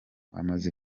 amaze